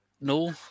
no